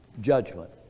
judgment